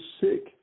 sick